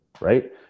right